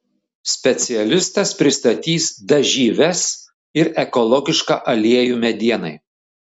specialistas pristatys dažyves ir ekologišką aliejų medienai